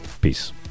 Peace